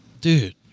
Dude